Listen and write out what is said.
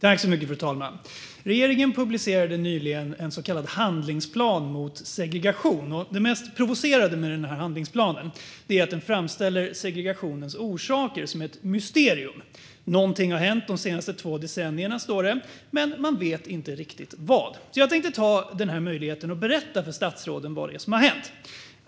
Fru talman! Regeringen publicerade nyligen en så kallad handlingsplan mot segregation. Det mest provocerande med denna handlingsplan är att den framställer segregationens orsaker som ett mysterium. Något har hänt de senaste två decennierna, står det, men man vet inte riktigt vad. Jag tänkte därför ta denna möjlighet och berätta för statsråden vad det är som har hänt.